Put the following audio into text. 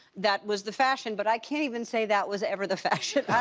that was the fashion, but i can't even say that was ever the fashion.